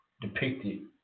depicted